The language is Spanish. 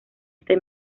este